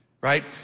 right